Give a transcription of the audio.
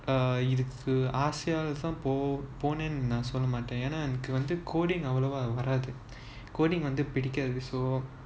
err இதுக்கு ஆசையால தான் போனேனு நான் சொல்ல மாட்டேன் ஏனா எனக்கு:ithuku aasayaala thaan ponenu naan solla maaten yenaa enaku coding அவ்ளோவா வராது:avlovaa varaathu coding வந்து புடிக்காது:vanthu pudikaathu so